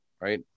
Right